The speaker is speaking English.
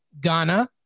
ghana